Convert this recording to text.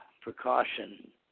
precaution